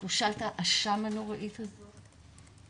תחושת האשם הנוראית הזו.